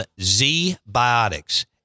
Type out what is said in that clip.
Z-Biotics